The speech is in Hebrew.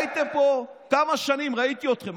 הייתם פה כמה שנים, ראיתי אתכם.